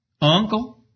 Uncle